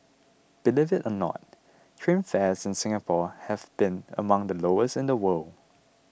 believe it or not train fares in Singapore have been among the lowest in the world